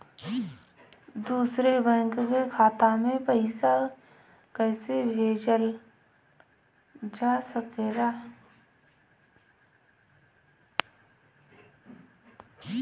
दूसरे बैंक के खाता में पइसा कइसे भेजल जा सके ला?